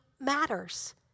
matters